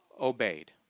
obeyed